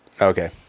Okay